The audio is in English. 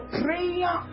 prayer